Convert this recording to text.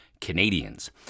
Canadians